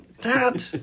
Dad